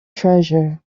treasure